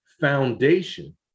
foundation